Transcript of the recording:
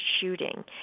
shooting